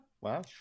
wow